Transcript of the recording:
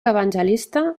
evangelista